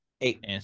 Eight